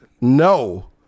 no